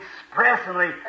expressly